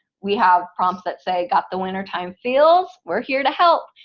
we have prompts that say got the wintertime feels? we're here to help,